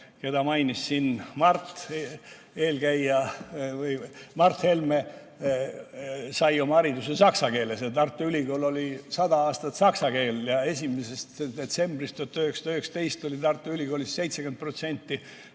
keda mainis eelkõneleja, Mart Helme, sai oma hariduse saksa keeles ja Tartu Ülikool oli sada aastat saksakeelne. 1. detsembril 1919 oli Tartu Ülikoolis 70%